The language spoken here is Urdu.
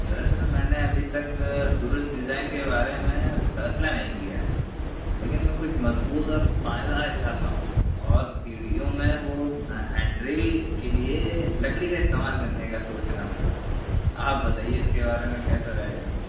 دراصل میں نے ابھی تک دُرست ڈیزائن کے بارے میں فیصلہ نہیں کیا ہے لیکن میں کچھ مضبوط اور پائیدار چاہتا ہوں اور سیڑھیوں میں وہ ہینڈ رل کے لیے لکڑی کا استعمال کرنے کا سوچ رہا ہوں آپ بتائیے اِس کے بارے میں کیسا رہے گا